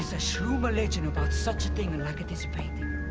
a shroom legend about such a thing and like this painting.